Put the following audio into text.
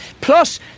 Plus